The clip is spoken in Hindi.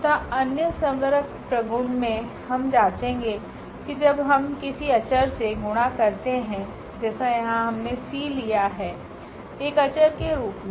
तथा अन्य संवरक प्रगुण मे हम जांचेंगे कि जब हम किसी अचर से गुणा करते है जैसे यहाँ हमने c लिया है एक अचर के रूप मे